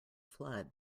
flood